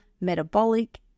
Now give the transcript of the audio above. metabolic